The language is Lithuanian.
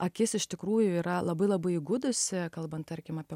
akis iš tikrųjų yra labai labai įgudusi kalbant tarkim apie